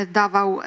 dawał